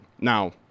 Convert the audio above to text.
Now